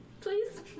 Please